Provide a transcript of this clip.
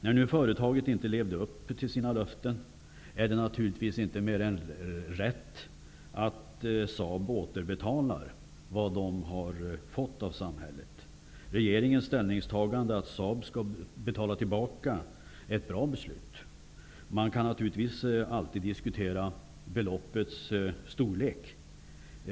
När företaget inte levde upp till sina löften, är det naturligtvis inte mer än rätt att Saab återbetalar vad man har fått av samhället. Regeringens ställningstagande att Saab skall betala tillbaka är ett bra beslut. Man kan naturligtvis alltid diskutera beloppets storlek.